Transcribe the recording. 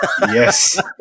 Yes